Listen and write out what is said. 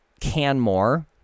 Canmore